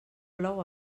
plou